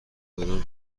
دارم